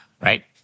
right